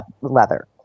leather